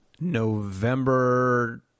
November